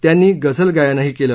त्यांनी गझलगायनही केलं